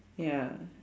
ya